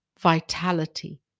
vitality